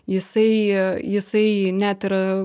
jisai jisai net ir